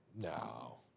No